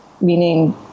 meaning